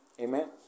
Amen